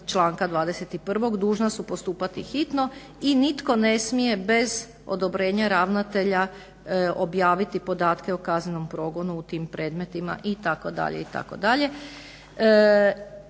članka 21. dužna su postupati hitno i nitko ne smije bez odobrenja ravnatelja objaviti podatke o kaznenom progonu u tim predmetima itd.